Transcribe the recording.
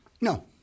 No